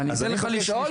ואני אתן לך לשאול.